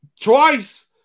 twice